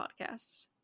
podcast